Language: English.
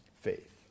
faith